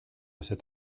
cet